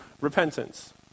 repentance